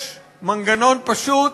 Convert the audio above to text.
יש מנגנון פשוט,